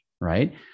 right